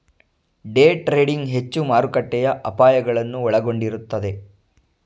day trading ಹೆಚ್ಚು ಮಾರುಕಟ್ಟೆಯ ಅಪಾಯಗಳನ್ನು ಒಳಗೊಂಡಿರುತ್ತದೆ